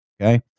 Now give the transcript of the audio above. okay